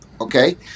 okay